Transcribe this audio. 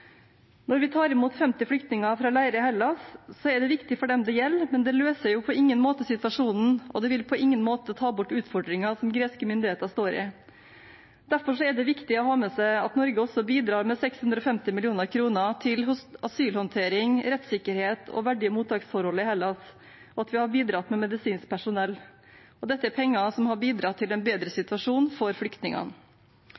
Når vi tar imot 50 flyktninger fra leire i Hellas, er det viktig for dem det gjelder, men det løser jo på ingen måte situasjonen, og det vil på ingen måte ta bort utfordringen som greske myndigheter står i. Derfor er det viktig å ha med seg at Norge også bidrar med 650 mill. kr til asylhåndtering, rettssikkerhet og verdige mottaksforhold i Hellas, og at vi har bidratt med medisinsk personell. Dette er penger som har bidratt til en bedre